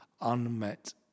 unmet